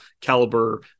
caliber